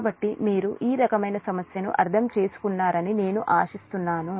కాబట్టి మీరు ఈ రకమైన సమస్యను అర్థం చేసుకున్నారని నేను ఆశిస్తున్నాను